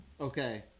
Okay